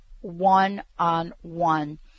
one-on-one